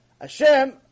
Hashem